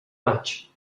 maig